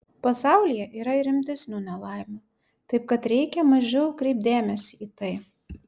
pasaulyje yra ir rimtesnių nelaimių taip kad reikia mažiau kreipt dėmesį į tai